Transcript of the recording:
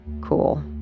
cool